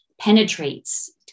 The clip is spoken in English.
penetrates